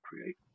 create